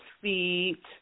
feet